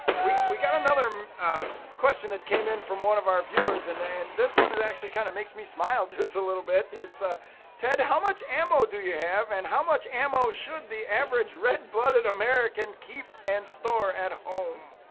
we we got another question that came in from one of our viewers and and this one is actually kind of makes me smile just a little bit. it's ah ted, how much ammo do you have and how much ammo should the average red blooded american keep and store at home?